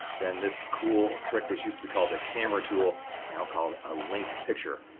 then this cool trick, this used to be called the camera tool now called a linked picture,